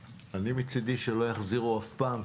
מצדי שלא יחזירו אף פעם.